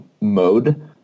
mode